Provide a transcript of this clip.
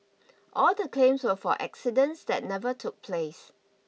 all the claims were for accidents that never took place